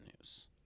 news